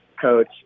Coach